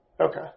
Okay